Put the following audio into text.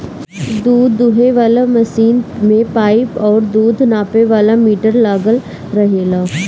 दूध दूहे वाला मशीन में पाइप और दूध नापे वाला मीटर लागल रहेला